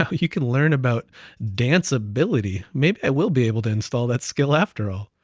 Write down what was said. um you can learn about danceability, maybe i will be able to install that skill after all.